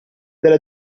della